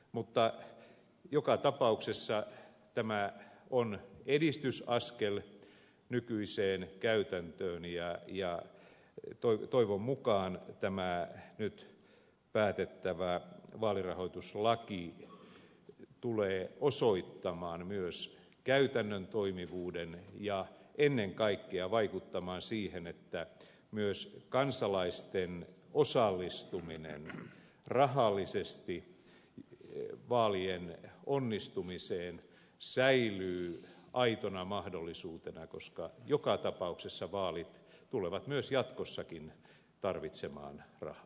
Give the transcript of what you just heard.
mutta joka tapauksessa tämä on edistysaskel nykyiseen käytäntöön ja toivon mukaan tämä nyt päätettävä vaalirahoituslaki tulee osoittamaan myös käytännön toimivuuden ja ennen kaikkea vaikuttamaan siihen että myös kansalaisten osallistuminen rahallisesti vaalien onnistumiseen säilyy aitona mahdollisuutena koska joka tapauksessa vaalit tulevat myös jatkossakin tarvitsemaan rahaa